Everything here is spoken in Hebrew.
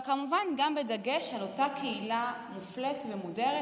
אבל כמובן גם בדגש על אותה קהילה מופלית ומודרת,